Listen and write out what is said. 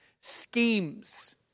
schemes